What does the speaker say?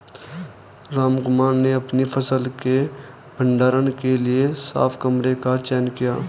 रामकुमार ने अपनी फसल के भंडारण के लिए साफ कमरे का चयन किया